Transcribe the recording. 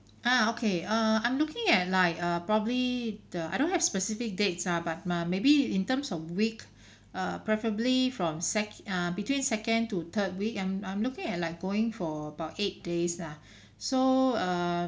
ah okay err I'm looking at like uh probably the I don't have specific dates ah but uh maybe in terms of week uh preferably from sec~ err between second to third week I'm I'm looking at like going for about eight days lah so err